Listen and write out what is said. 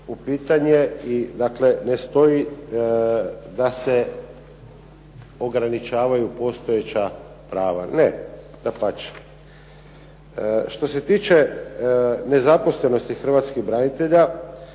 u pitanje i dakle ne stoji da se ograničavaju postojeća prava. Ne. Dapače. Što se tiče nezaposlenosti Hrvatskih branitelja,